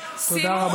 תודה רבה.